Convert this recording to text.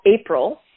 April